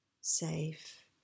safe